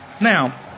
Now